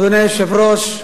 אדוני היושב-ראש,